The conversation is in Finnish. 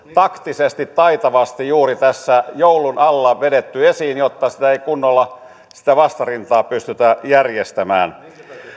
taktisesti taitavasti juuri tässä joulun alla on vedetty esiin jotta ei kunnolla sitä vastarintaa pystytä järjestämään